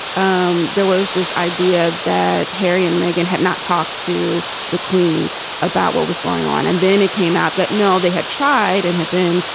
um there was this idea that harry and meghan had not talked to the queen about what was going on. and then it came out that, no, they had tried and had been,